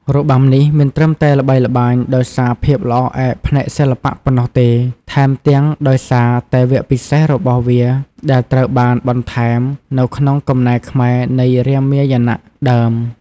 របាំនេះមិនត្រឹមតែល្បីល្បាញដោយសារភាពល្អឯកផ្នែកសិល្បៈប៉ុណ្ណោះទេ ថែមទាំងដោយសារតែវគ្គពិសេសរបស់វាដែលត្រូវបានបន្ថែមនៅក្នុងកំណែខ្មែរនៃរាមាយណៈដើម។